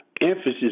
emphasis